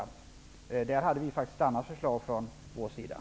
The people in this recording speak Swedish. På den punkten hade vi socialdemokrater faktiskt ett annat förslag.